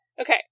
Okay